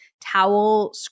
towel